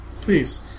please